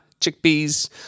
chickpeas